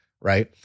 right